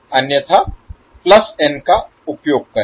अन्यथा n का उपयोग करें